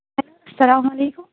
hello السّلام علیکم